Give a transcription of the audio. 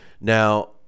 Now